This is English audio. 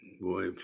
Boy